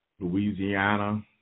Louisiana